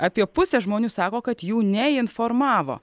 apie pusė žmonių sako kad jų neinformavo